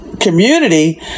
community